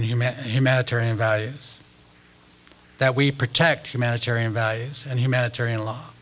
and human and humanitarian values that we protect humanitarian values and humanitarian law